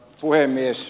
puhemies